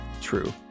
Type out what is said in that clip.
True